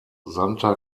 santa